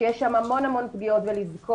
ששם יש המון המון פגיעות ולזכור,